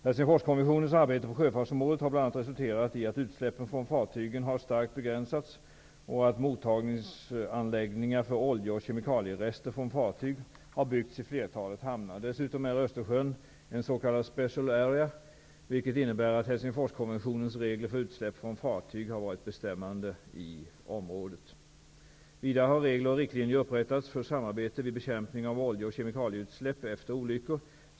Helsingforskonventionens arbete på sjöfartsområdet har bl.a. resulterat i att utsläppen från fartygen har starkt begränsats och att mottagningsanläggningar för olje och kemikalierester från fartyg har byggts i flertalet hamnar. Dessutom är Östersjön en s.k. Special Area, vilket innebär att Helsingforskonventionens regler för utsläpp från fartyg har varit bestämmande i området. Vidare har regler och riktlinjer upprättats för samarbete vid bekämpning av olje och kemikalieutsläpp efter olyckor.